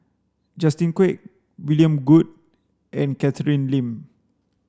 Justin Quek William Goode and Catherine Lim